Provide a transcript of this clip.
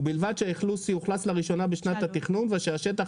ובלבד שהאכלוס יאוכלס לראשונה בשנת התכנון ושהשטח